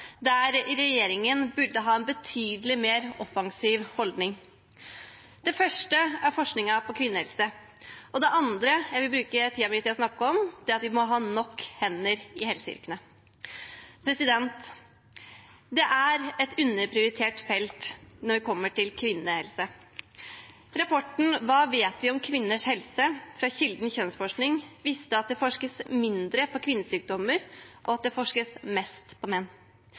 der regjeringen burde ha en betydelig mer offensiv holdning. Det første er forskningen på kvinnehelse. Det andre jeg vil bruke tiden min til å snakke om, er at vi må ha nok hender i helseyrkene. Det er et underprioritert felt når det kommer til kvinnehelse. Rapporten «Hva vet vi om kvinners helse?» fra Kilden kjønnsforskning viste at det forskes mindre på kvinnesykdommer, og at det forskes mest på menn,